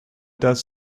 does